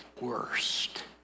worst